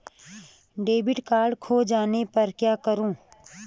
Debit card खो जाने पर क्या करूँ?